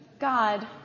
God